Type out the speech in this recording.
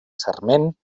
sarment